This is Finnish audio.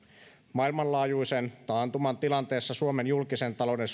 maailmanlaajuisen taantuman tilanteessa suomen julkisen talouden